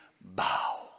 bow